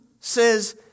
says